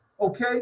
okay